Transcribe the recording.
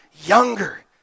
younger